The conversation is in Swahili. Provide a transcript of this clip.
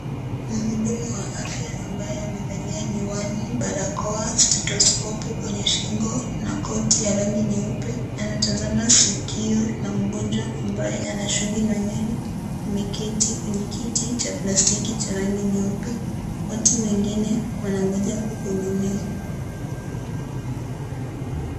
Mhudumu wa afya ambaye amevalia miwani, barakoa, stethoskopu kwenye shingo na koti ya rangi nyeupe. Anatazama sikio la mgonjwa ambaye ana shungi la nywele. Ameketi kwenye kiti cha plastiki cha rangi nyeupe. Watu wengine wanangoja kuhudumiwa.